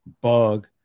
bug